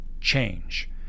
change